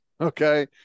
okay